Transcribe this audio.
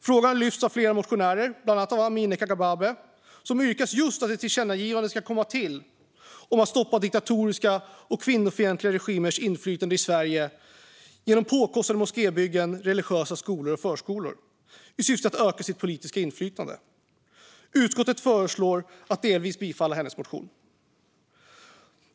Frågan har lyfts av flera motionärer, bland annat av Amineh Kakabaveh som yrkat just på att ett tillkännagivande ska komma till om att stoppa diktatoriska och kvinnofientliga regimer som genom påkostade moskébyggen, religiösa skolor och förskolor i Sverige försöker öka sitt politiska inflytande. Utskottet föreslår att riksdagen ska delvis bifalla hennes motion.